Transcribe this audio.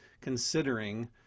considering